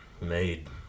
made